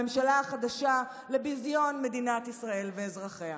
הממשלה החדשה לביזיון מדינת ישראל ואזרחיה.